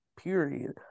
Period